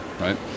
right